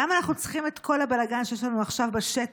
למה אנחנו צריכים את כל הבלגן שיש לנו עכשיו בשטח,